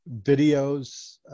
videos